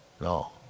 No